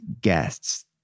guests